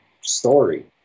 story